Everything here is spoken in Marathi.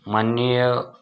माननीय